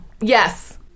Yes